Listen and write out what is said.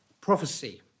prophecy